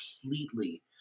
completely